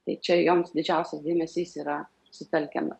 tai čia joms didžiausias dėmesys yra sutelkiamas